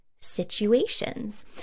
situations